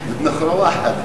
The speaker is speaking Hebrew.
מליאה.